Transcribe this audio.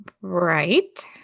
Right